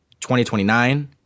2029